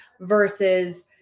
versus